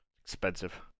Expensive